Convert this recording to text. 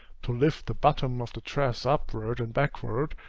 to lift the bottom of the dress upward and backward,